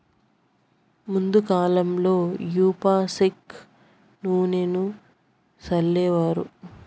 ముందు కాలంలో యాప సెక్క నూనెను సల్లేవారు